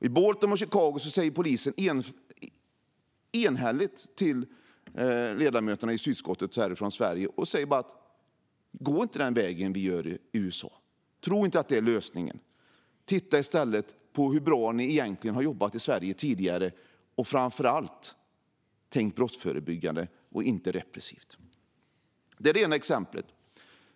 I Baltimore och Chicago sa polisen enhälligt till ledamöterna från det svenska utskottet: Gå inte den väg som vi gör i USA! Tro inte att det är lösningen! Titta i stället på hur bra ni i Sverige egentligen har jobbat tidigare, och tänk framför allt brottsförebyggande och inte repressivt. Detta var mitt första exempel.